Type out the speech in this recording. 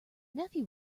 nephew